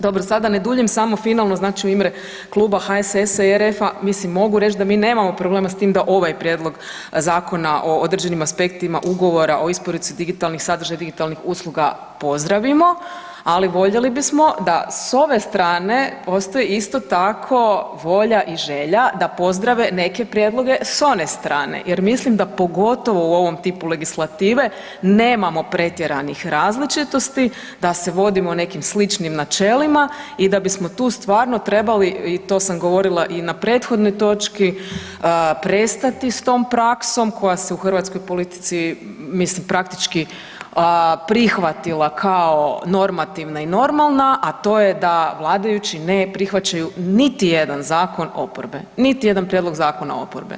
Dobro sada da ne duljim, samo finalno znači u ime kluba HSS-a i RF-a mislim mogu reći da mi nemamo problem s tim da ovaj Prijedlog zakona o određenim aspektima ugovora o isporuci digitalnih sadržaja i digitalnih usluga pozdravimo, ali voljeli bismo da s ove strane postoji isto tako volja i želja da pozdrave neke prijedloge s one strane jer mislim da pogotovo u ovom tipu legislative nemamo pretjeranih različitosti, da se vodimo nekim sličnim načelima i da bismo tu stvarno trebali i to sam govorila i na prethodnoj točki, prestati s tom praksom koja se u hrvatskoj politici mislim praktički prihvatila kao normativna i normalna, a to je da vladajući ne prihvaćaju niti jedan zakon oporbe, niti jedan prijedlog zakona oporbe.